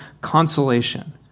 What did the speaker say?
consolation